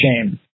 shame